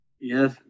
yes